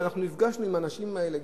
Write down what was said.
ואנחנו נפגשנו עם האנשים האלה,